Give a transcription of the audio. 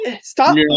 Stop